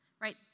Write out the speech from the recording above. right